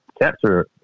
capture